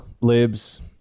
Libs